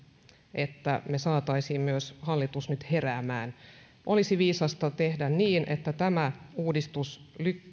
että me saisimme myös hallituksen nyt heräämään olisi viisasta tehdä niin että myös tämä uudistus